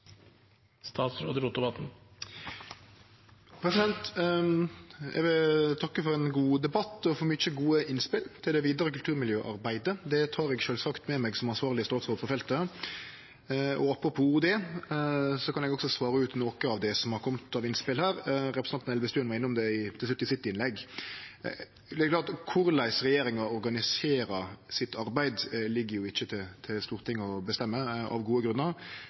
Eg vil takke for ein god debatt og for mange gode innspel til det vidare kulturmiljøarbeidet. Det tek eg sjølvsagt med meg som ansvarleg statsråd for feltet. Apropos det kan eg også svare ut noko av det som har kome av innspel her, m.a. det representanten Elvestuen var innom til slutt i innlegget sitt. Det er klart at korleis regjeringa organiserer arbeidet sitt, ligg ikkje til Stortinget å bestemme, av gode grunnar.